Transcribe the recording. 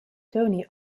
tony